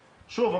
שוב,